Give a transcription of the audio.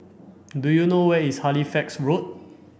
do you know where is Halifax Road